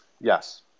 yes